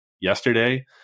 yesterday